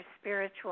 spiritual